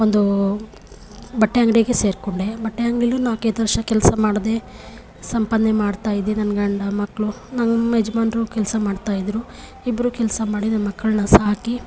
ಒಂದು ಬಟ್ಟೆ ಅಂಗಡಿಗೆ ಸೇರಿಕೊಂಡೆ ಬಟ್ಟೆ ಅಂಗ್ಡಿಲೂ ನಾಲಕ್ಕೈದು ವರ್ಷ ಕೆಲಸ ಮಾಡಿದೆ ಸಂಪಾದನೆ ಮಾಡ್ತಾಯಿದ್ದೆ ನನ್ನ ಗಂಡ ಮಕ್ಕಳು ನಮ್ಮ ಯಜಮಾನ್ರು ಕೆಲಸ ಮಾಡ್ತಾಯಿದ್ದರು ಇಬ್ಬರೂ ಕೆಲಸ ಮಾಡಿ ನಮ್ಮ ಮಕ್ಕಳನ್ನು ಸಾಕಿ